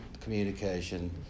communication